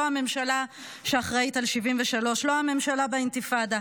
לא הממשלה שאחראית ל-1973,